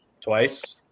twice